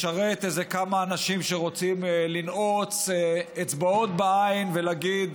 לשרת איזה כמה אנשים שרוצים לנעוץ אצבעות בעין ולהגיד: